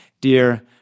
dear